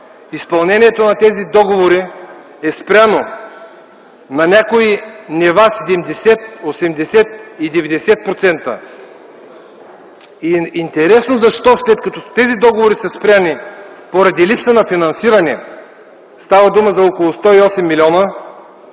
Изпълнението на тези договори е спряно – на някои нива 70, 80 и 90%. Интересно защо, след като тези договори са спрени поради липса на финансиране, става дума за около 108 милиона,